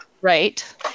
Right